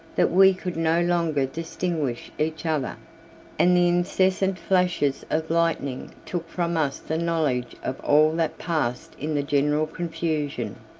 that we could no longer distinguish each other and the incessant flashes of lightning took from us the knowledge of all that passed in the general confusion.